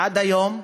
עד היום,